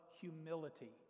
humility